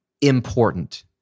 important